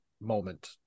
moment